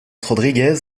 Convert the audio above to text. rodríguez